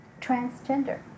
transgender